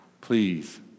Please